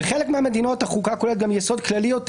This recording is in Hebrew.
בחלק מהמדינות החוקה כוללת גם יסוד כללי יותר